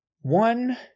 One